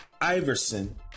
Iverson